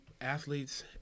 athletes